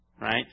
right